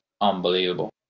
unbelievable